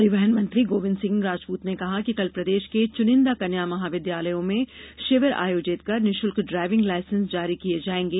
परिवहन मंत्री गोविंद सिंह राजपूत ने कहा कि कल प्रदेश के चुनिंदा कन्या महाविद्यालयों में शिविर आयोजित कर निशुल्क ड्रायविंग लायसेंस जारी किये जायेंगे